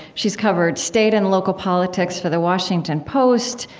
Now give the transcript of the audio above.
she's covered state and local politics for the washington post,